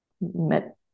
met